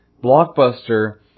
Blockbuster